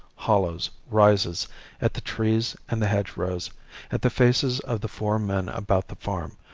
hollows, rises at the trees and the hedgerows at the faces of the four men about the farm,